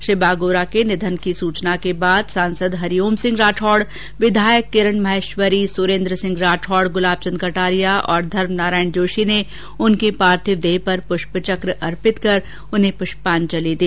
श्री बागोरा के निधन की सूचना के बाद सांसद हरिओम सिंह राठौड विधायक किरण माहेश्वरी विधायकसुरेन्द्र सिंह राठौड़ विधायक गुलाबचंद कटारिया और धर्मनारायण जोशी ने उनकी पार्थिव देह पर पुष्पचक अर्पित कर पुष्पांजलि दी